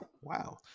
wow